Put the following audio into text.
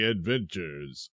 Adventures